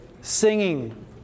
singing